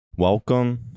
Welcome